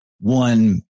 one